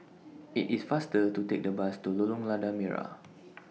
IT IS faster to Take The Bus to Lorong Lada Merah